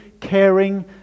caring